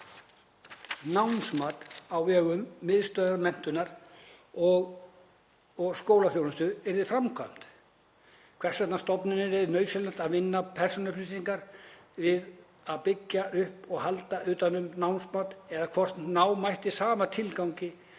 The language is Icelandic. námsmat á vegum Miðstöðvar menntunar og skólaþjónustu yrði framkvæmt, hvers vegna stofnuninni yrði nauðsynlegt að vinna persónuupplýsingar við að byggja upp og halda utan um námsmat eða hvort ná mætti sama tilgangi